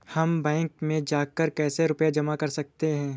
हम बैंक में जाकर कैसे रुपया जमा कर सकते हैं?